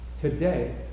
today